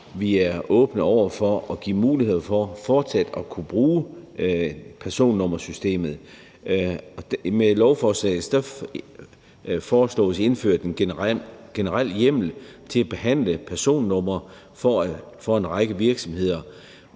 vi er åbne over for at give muligheder for fortsat at kunne bruge personnummersystemet, og med lovforslaget foreslås indført en generel hjemmel til at behandle personnumre for en række virksomheder,